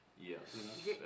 Yes